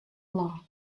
law